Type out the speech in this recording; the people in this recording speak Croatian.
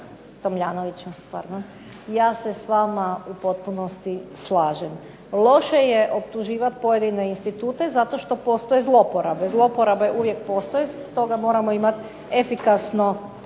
Tomljanoviću ja se s vama u potpunosti slažem. Loše je optuživati pojedine institute zato što postoje zlouporabe. Zlouporabe uvijek postoje zbog toga moramo imati efikasno